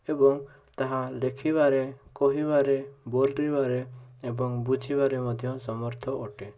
ଏବଂ ତାହା ଲେଖିବାରେ କହିବାରେ ବୋଲିବାରେ ଏବଂ ବୁଝିବାରେ ମଧ୍ୟ ସମର୍ଥ ଅଟେ